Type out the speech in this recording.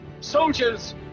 Soldiers